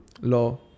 law